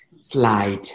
slide